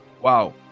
wow